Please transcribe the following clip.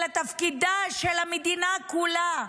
אלא תפקידה של המדינה כולה,